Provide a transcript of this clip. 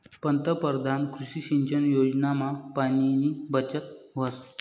पंतपरधान कृषी सिंचन योजनामा पाणीनी बचत व्हस